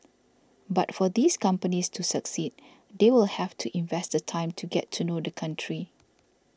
but for these companies to succeed they will have to invest the time to get to know the country